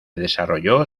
desarrolló